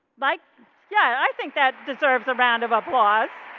like yeah i think that deserves a round of applause.